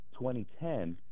2010